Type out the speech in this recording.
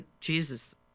Jesus